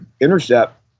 intercept